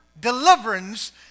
deliverance